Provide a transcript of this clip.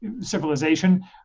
civilization